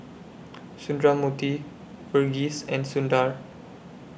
Sundramoorthy Verghese and Sundar